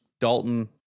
Dalton